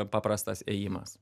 paprastas ėjimas